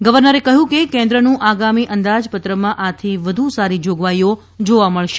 ગવર્નરે કહ્યું કે કેન્દ્રનું આગામી અંદાજપત્રમાં આથી વધુ સારી જોગવાઇઓ જોવા મળશે